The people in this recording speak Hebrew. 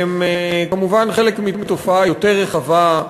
הם כמובן חלק מתופעה יותר רחבה,